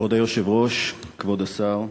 כבוד היושב-ראש, כבוד השר,